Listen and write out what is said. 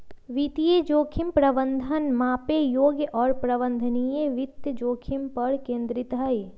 वित्तीय जोखिम प्रबंधन मापे योग्य और प्रबंधनीय वित्तीय जोखिम पर केंद्रित हई